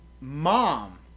mom